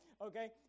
okay